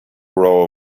row